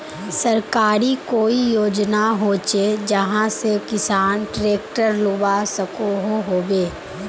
सरकारी कोई योजना होचे जहा से किसान ट्रैक्टर लुबा सकोहो होबे?